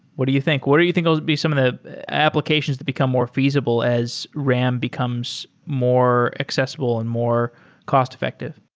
what do you think? what do you think will be some of the applications that become more feasible as ram becomes more accessible and more cost-effective?